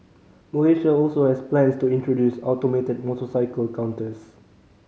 Malaysia also has plans to introduce automated motorcycle counters